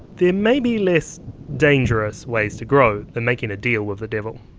there may be less dangerous ways to grow than making a deal with the devil.